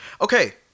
Okay